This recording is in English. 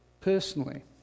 personally